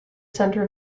center